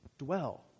dwell